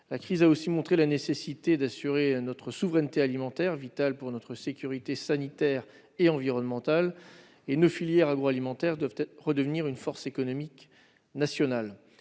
La crise a aussi montré la nécessité d'assurer notre souveraineté alimentaire, qui est vitale pour notre sécurité sanitaire et environnementale. Nos filières agroalimentaires doivent redevenir une force économique nationale.